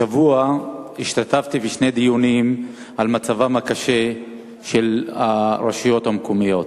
השבוע השתתפתי בשני דיונים על מצבן הקשה של הרשויות המקומיות.